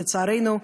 לצערנו,